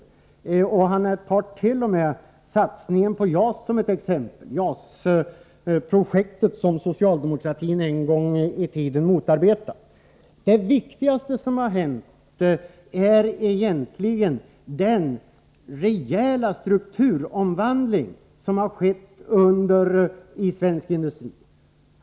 Industriministern tar t.o.m. satsningen på JAS projektet som ett exempel, det projekt som socialdemokratin en gång i tiden motarbetade. Det viktigaste som har hänt är egentligen den rejäla strukturomvandling som har skett i svensk industri.